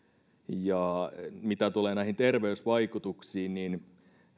ja mitä tulee näihin terveysvaikutuksiin niin